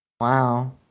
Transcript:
wow